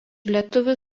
lietuvių